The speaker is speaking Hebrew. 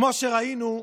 כמו שראינו,